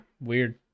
weird